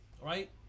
right